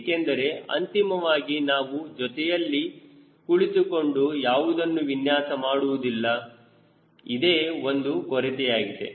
ಏಕೆಂದರೆ ಅಂತಿಮವಾಗಿ ನಾವು ಜೊತೆಯಲ್ಲಿ ಕುಳಿತುಕೊಂಡು ಯಾವುದನ್ನು ವಿನ್ಯಾಸ ಮಾಡುವುದಿಲ್ಲ ಇದೇ ಒಂದು ಕೊರತೆಯಾಗಿದೆ